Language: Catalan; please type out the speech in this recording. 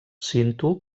cinto